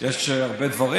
יש הרבה דברים.